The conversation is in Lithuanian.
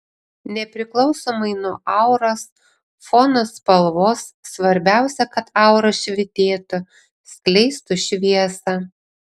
nepriklausomai nuo auros fono spalvos svarbiausia kad aura švytėtų skleistų šviesą